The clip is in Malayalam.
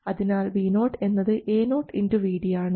അതിനാൽ Vo എന്നത് AoVd ആണ്